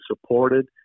supported